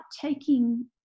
taking